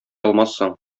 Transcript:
алмассың